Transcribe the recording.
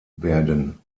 werden